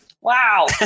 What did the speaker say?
Wow